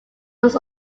was